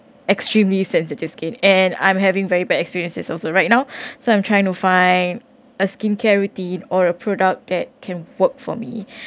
extremely sensitive skin and I'm having very bad experiences also right now so I'm trying to find a skincare routine or a product that can work for me